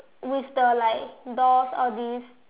with the like doors all these